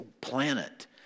planet